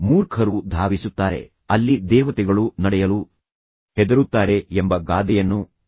ಮೂರ್ಖರು ಧಾವಿಸುತ್ತಾರೆ ಅಲ್ಲಿ ದೇವತೆಗಳು ನಡೆಯಲು ಹೆದರುತ್ತಾರೆ ಎಂಬ ಗಾದೆಯನ್ನು ನೀವು ಕೇಳಿರಬಹುದು